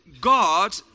God